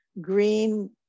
green